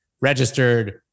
registered